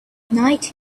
night